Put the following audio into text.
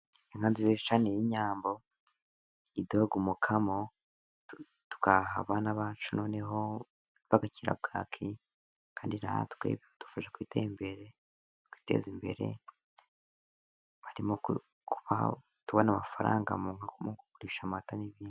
Inka nziza cyane y'inyambo iduha umukamo, tugaha abana bacu noneho bagakira bwaki, kandi natwe bikadufasha kwiteza imbere, harimo kuba tubona amafaranga, mu kugurisha amata, n'ibindi.